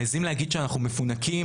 מעיזים להגיד שאנחנו מפונקים,